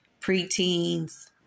preteens